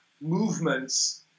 movements